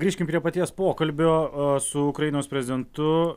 grįžkim prie paties pokalbio su ukrainos prezidentu